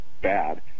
bad